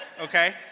okay